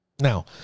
Now